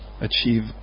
achieve